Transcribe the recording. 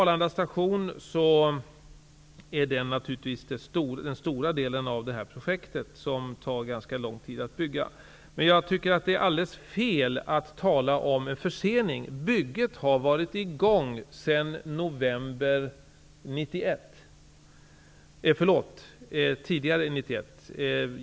Arlanda station är naturligtvis den stora delen av detta projekt, och den tar ganska lång tid att bygga. Men jag tycker att det är helt fel att tala om en försening. Bygget har varit i gång sedan november 1991.